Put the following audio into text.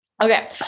Okay